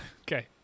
okay